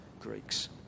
Greeks